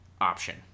option